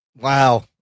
wow